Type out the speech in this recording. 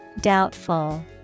doubtful